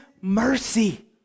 mercy